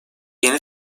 yeni